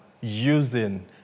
using